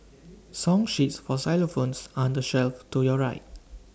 song sheets for xylophones are on the shelf to your right